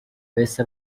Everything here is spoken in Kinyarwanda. wahise